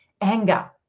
anger